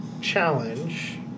challenge